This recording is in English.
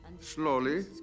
slowly